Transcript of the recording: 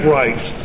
rights